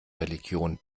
religion